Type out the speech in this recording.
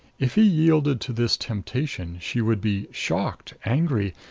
if he yielded to this temptation she would be shocked, angry,